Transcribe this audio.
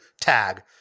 tag